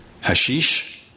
hashish